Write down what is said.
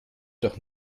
doch